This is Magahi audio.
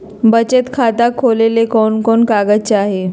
बचत खाता खोले ले कोन कोन कागज चाही?